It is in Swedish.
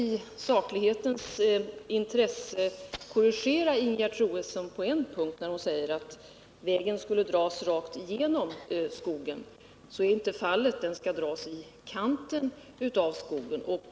I saklighetens intresse vill jag samtidigt korrigera Ingegerd Troedsson på en punkt. Hon sade att vägen skulle dras tvärs igenom skogen, men så är inte fallet. Vägen skall dras i kanten av skogen.